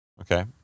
Okay